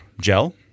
gel